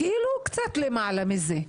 קצת למעלה מזה.